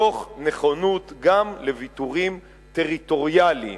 תוך נכונות גם לוויתורים טריטוריאליים.